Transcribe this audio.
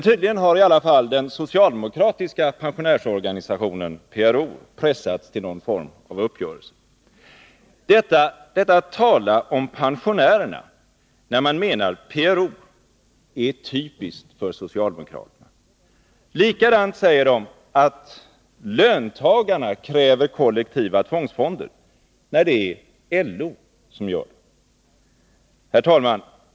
Tydligen har i alla fall den socialdemokratiska pensionärsorganisationen, PRO, pressats till någon form av uppgörelse. Detta att tala om pensionärerna när man menar PRO är typiskt för socialdemokraterna. På samma sätt säger de att löntagarna kräver kollektiva tvångsfonder när det är LO som kräver detta. Herr talman!